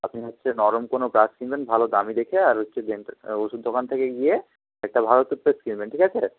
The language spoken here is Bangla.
আপনি হচ্ছে নরম কোনো ব্রাশ কিনবেন ভালো দামি দেখে আর হচ্ছে ডেন্টাল ওষুধ দোকান থেকে গিয়ে একটা ভালো টুথপেস্ট কিনবেন ঠিক আছে